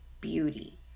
beauty